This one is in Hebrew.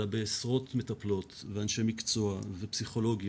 אלא בעשרות מטפלות ואני מקצוע ופסיכולוגים